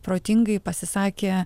protingai pasisakė